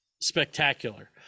spectacular